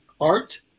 Art